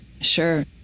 Sure